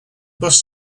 bus